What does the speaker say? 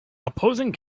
opposing